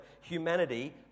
humanity